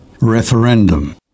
Referendum